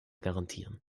garantieren